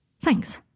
Thanks